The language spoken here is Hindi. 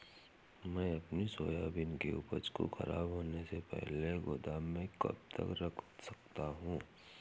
मैं अपनी सोयाबीन की उपज को ख़राब होने से पहले गोदाम में कब तक रख सकता हूँ?